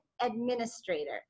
administrator